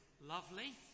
lovely